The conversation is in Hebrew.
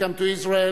Welcome to Israel,